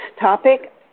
topic